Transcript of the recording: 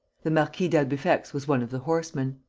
the marquis d'albufex was one of the horsemen.